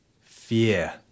Fear